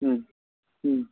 হুম হুম